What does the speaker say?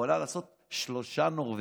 יכולה לעשות שלושה נורבגים.